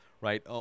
right